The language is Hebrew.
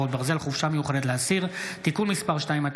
חרבות ברזל) (חופשה מיוחדת לאסיר) (תיקון מס' 2),